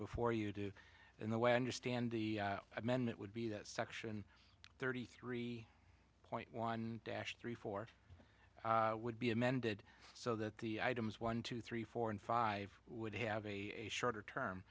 before you do and the way i understand the amendment would be that section thirty three point one dash three four would be amended so that the items one two three four and five would have a shorter